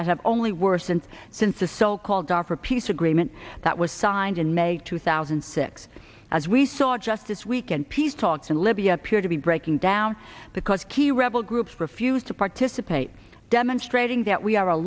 that have only worsened since the so called darfur peace agreement that was signed in may two thousand and six as we saw just this weekend peace talks in libya appear to be breaking down because key rebel groups refuse to participate demonstrating that we are a